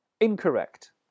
Incorrect